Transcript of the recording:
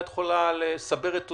אולי את יכולה לסבר את אוזננו.